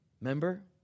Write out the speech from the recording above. Remember